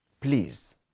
Please